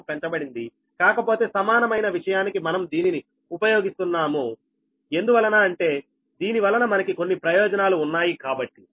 4 పెంచబడింది కాకపోతే సమానమైన విషయానికి మనం దీనిని ఉపయోగిస్తున్నారు ఎందువలన అంటే దీని వలన మనకి కొన్ని ప్రయోజనాలు ఉన్నాయి కాబట్టి